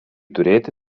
turėti